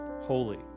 holy